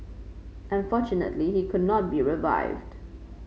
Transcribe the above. unfortunately he could not be revived